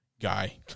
guy